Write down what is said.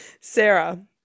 Sarah